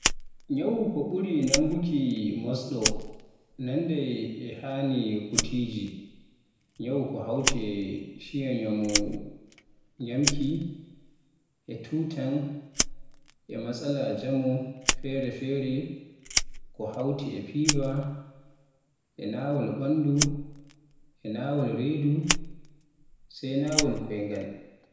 Ñyawu ko ɓuri nanguki musɗo nanndai e haani kutiji l, nyawu ko hawti e ciiya njamu ñyamki, e turan e matsala njamu fere-fere ko hawti e fever, e nawool ɓandu, e nawool redu, sai nawool koyngal.